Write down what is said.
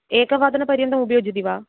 एकवादनपर्यन्तम् उपयुज्यति वा